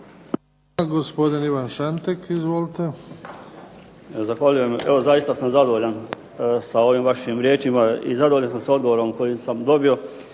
Hvala. Gospodin Ivan Šantek, izvolite. **Šantek, Ivan (HDZ)** Zahvaljujem. Evo zaista sam zadovoljan sa ovim vašim riječima i zadovoljan sam sa odgovorom koji sam dobio.